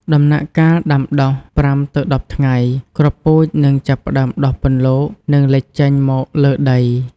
ដំណាក់កាលដំដុះ ៥ទៅ១០ ថ្ងៃ គ្រាប់ពូជនឹងចាប់ផ្តើមដុះពន្លក និងលេចចេញមកលើដី។